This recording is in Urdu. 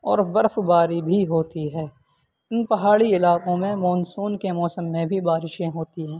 اور برف باری بھی ہوتی ہے ان پہاڑی علاقوں میں مونسون کے موسم میں بھی بارشیں ہوتی ہیں